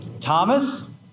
Thomas